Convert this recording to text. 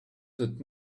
that